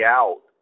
out